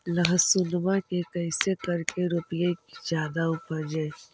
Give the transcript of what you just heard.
लहसूनमा के कैसे करके रोपीय की जादा उपजई?